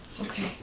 Okay